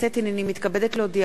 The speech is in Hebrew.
הנני מתכבדת להודיעכם,